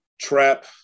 trap